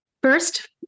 First